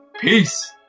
Peace